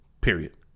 period